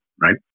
right